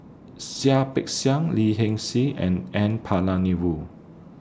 Seah Peck Seah Lee Hee Seng and N Palanivelu